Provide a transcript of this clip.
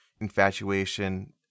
infatuation